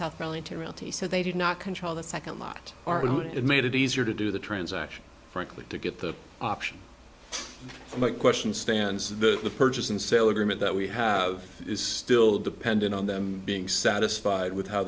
south carolina to realty so they did not control the second lot or how it made it easier to do the transaction frankly to get the option for my question stands that the purchase and sale agreement that we have is still dependent on them being satisfied with how